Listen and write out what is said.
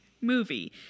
movie